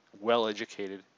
well-educated